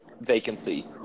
vacancy